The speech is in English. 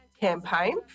campaign